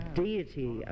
deity